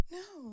no